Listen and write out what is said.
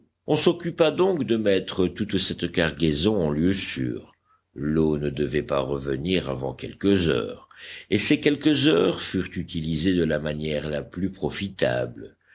on s'occupa donc de mettre toute cette cargaison en lieu sûr l'eau ne devait pas revenir avant quelques heures et ces quelques heures furent utilisées de la manière la plus profitable